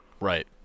Right